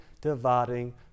dividing